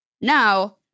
Now